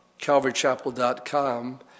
calvarychapel.com